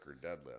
deadlift